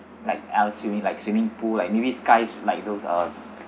like I'll swimming like swimming pool like maybe skies like those us